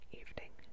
evening